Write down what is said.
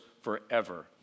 forever